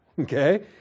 okay